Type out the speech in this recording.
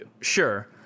sure